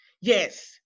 Yes